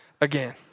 again